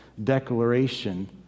Declaration